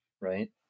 right